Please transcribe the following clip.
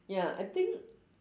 ya I think